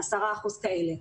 10% כאלה,